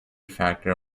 factor